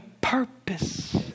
purpose